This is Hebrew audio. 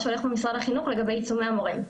שהולך במשרד החינוך לגבי עיצומי המורים.